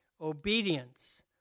obedience